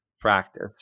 practice